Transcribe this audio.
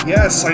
Yes